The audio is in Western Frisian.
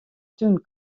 tún